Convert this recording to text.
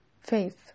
faith